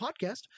podcast